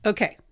Okay